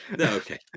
Okay